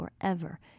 forever